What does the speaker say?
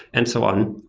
and so on.